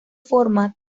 forma